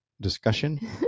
discussion